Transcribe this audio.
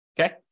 Okay